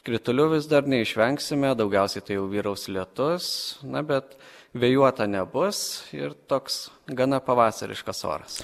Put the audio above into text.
kritulių vis dar neišvengsime daugiausiai tai jau vyraus lietus na bet vėjuota nebus ir toks gana pavasariškas oras